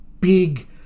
big